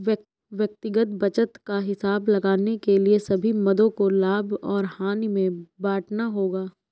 व्यक्तिगत बचत का हिसाब लगाने के लिए सभी मदों को लाभ और हानि में बांटना होगा